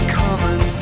common